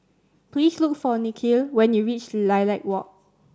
please look for Nikhil when you reach Lilac Walk